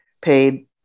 paid